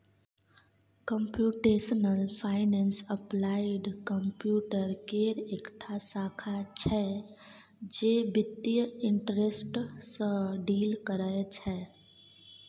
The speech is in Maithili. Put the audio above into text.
कंप्युटेशनल फाइनेंस अप्लाइड कंप्यूटर केर एकटा शाखा छै जे बित्तीय इंटरेस्ट सँ डील करय छै